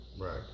right